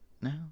now